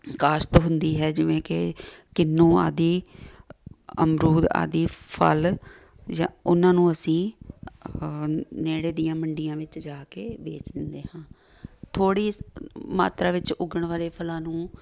ਕਾਸ਼ਤ ਹੁੰਦੀ ਹੈ ਜਿਵੇਂ ਕਿ ਕਿਨੂੰਆਂ ਦੀ ਅਮਰੂਦ ਆਦਿ ਫਲ ਜਾਂ ਉਹਨਾਂ ਨੂੰ ਅਸੀਂ ਨੇੜੇ ਦੀਆਂ ਮੰਡੀਆਂ ਵਿੱਚ ਜਾ ਕੇ ਵੇਚ ਦਿੰਦੇ ਹਾਂ ਥੋੜ੍ਹੀ ਮਾਤਰਾ ਵਿੱਚ ਉੱਗਣ ਵਾਲੇ ਫਲਾਂ ਨੂੰ